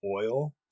oil